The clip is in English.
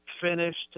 finished